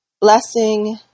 blessing